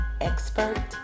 expert